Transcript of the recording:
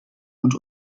und